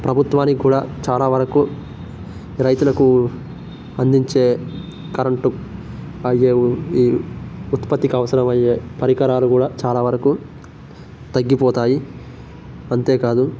ప్రభుత్వానికి కూడా చాలా వరకు రైతులకూ అందించే కరంటు అయ్యే ఈ ఉత్పత్తికి అవసరమయ్యే పరికరాలు గూడా చాలా వరకు తగ్గిపోతాయి అంతేకాదు